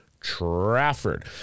trafford